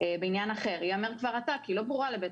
בעניין אחר: "ייאמר כבר עתה כי לא ברורה לבית